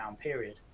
period